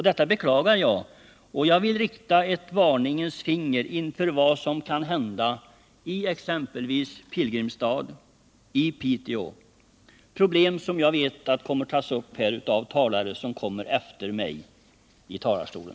Detta beklagar jag, och jag vill rikta ett varningens finger mot vad som kan hända i Pilgrimstad och Piteå — problem som jag vet kommer att tas upp av talare som kommer efter mig i talarstolen.